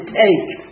take